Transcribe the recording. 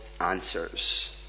answers